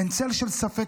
אין צל של ספק,